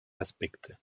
aspekte